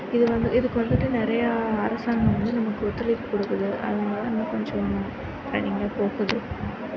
இது வந்து இதுக்கு வந்துட்டு நிறையா அரசாங்கம் வந்து நமக்கு ஒத்துழைப்பு கொடுக்குது அதனாலே இன்னும் கொஞ்சம் ட்ரெண்டிங்கில் போகுது